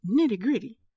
nitty-gritty